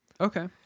Okay